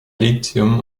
lithium